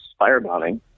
firebombing